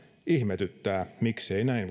ihmetyttää miksei näin